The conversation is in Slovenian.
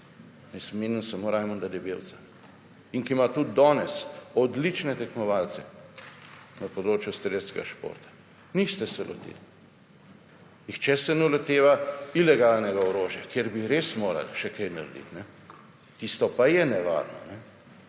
/nerazumljivo/ Rajmunda Debevca. In, ki ima tudi danes odlične tekmovalce na področju strelskega športa. Njih ste se lotili. Nihče se ne loteva ilegalnega orožja, kjer bi res morali še kaj narediti. Tisto pa je nevarno.